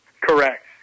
Correct